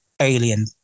alien